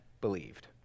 believed